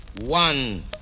one